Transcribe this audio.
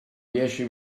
dieci